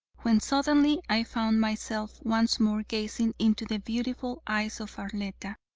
when suddenly i found myself once more gazing into the beautiful eyes of arletta.